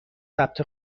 ثبت